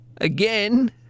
again